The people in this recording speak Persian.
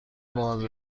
باز